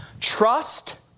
Trust